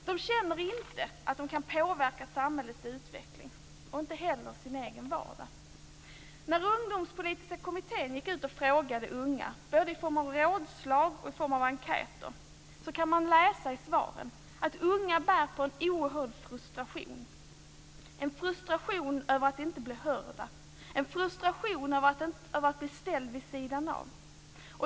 De känner inte att de kan påverka samhällets utveckling och inte heller sin egen vardag. I de svar Ungdomspolitiska kommittén fick när den gick ut och frågade unga, både i form av rådslag och i form av enkäter, kan man läsa att unga bär på en oerhörd frustration, en frustration över att inte bli hörda, en frustration över att bli ställda vid sidan av.